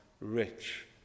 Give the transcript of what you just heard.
rich